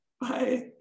Bye